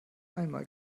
einmal